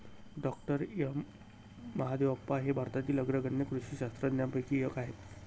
डॉ M Mahadevappa हे भारतातील अग्रगण्य कृषी शास्त्रज्ञांपैकी एक आहेत